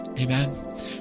Amen